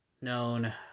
known